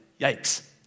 yikes